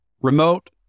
remote